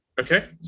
okay